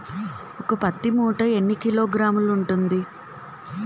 ఒక పత్తి మూట ఎన్ని కిలోగ్రాములు ఉంటుంది?